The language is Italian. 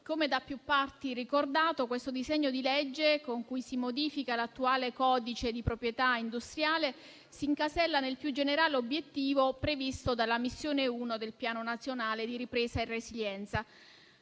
da più parti, questo disegno di legge, con cui si modifica l'attuale codice di proprietà industriale, si incasella nel più generale obiettivo previsto dalla Missione 1 del Piano nazionale di ripresa e resilienza.